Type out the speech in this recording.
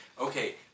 okay